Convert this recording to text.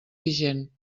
vigent